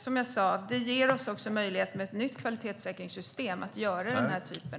Som jag sa ger vi oss också möjligheten att göra den här typen av utvärderingar genom ett nytt kvalitetssäkringssystem.